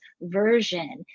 version